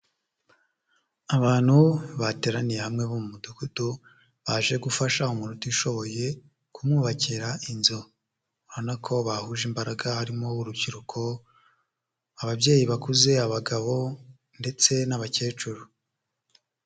Abantu bateraniye hamwe bo mu mudugudu, baje gufasha umuntu utishoboye, kumwubakira inzu, urabona ko bahuje imbaraga, harimo urubyiruko, ababyeyi bakuze, abagabo ndetse n'abakecuru.